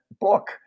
book